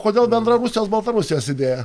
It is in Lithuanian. kodėl bendra rusijos baltarusijos idėja